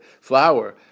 flour